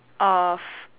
of